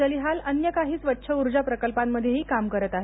जलिहाल अन्य काही स्वच्छ ऊर्जा प्रकल्पांमध्येही काम करत आहेत